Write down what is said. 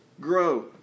grow